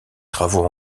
travaux